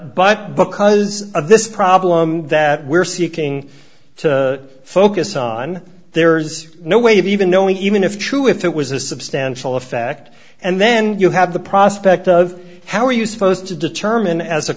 but because of this problem that we're seeking to focus on there's no way of even knowing even if true if it was a substantial effect and then you have the prospect of how are you supposed to determine as a